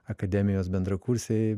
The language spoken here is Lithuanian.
akademijos bendrakursiai